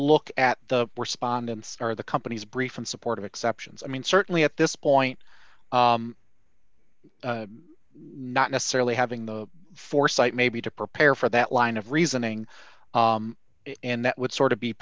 look at the respondents or the company's brief in support of exceptions i mean certainly at this point not necessarily having the foresight maybe to prepare for that line of reasoning and that would sort of be